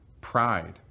pride